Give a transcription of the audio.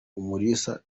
umulisa